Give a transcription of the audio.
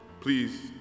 Please